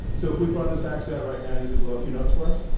so if we brought a sax out right now, you could blow a few notes for us?